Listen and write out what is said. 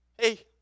hey